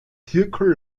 zirkel